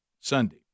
Sunday